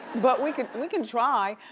but we can we can try,